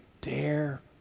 dare